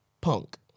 Punk